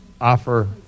offer